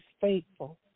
faithful